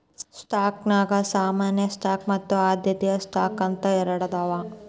ಸ್ಟಾಕ್ನ್ಯಾಗ ಸಾಮಾನ್ಯ ಸ್ಟಾಕ್ ಮತ್ತ ಆದ್ಯತೆಯ ಸ್ಟಾಕ್ ಅಂತ ಎರಡದಾವ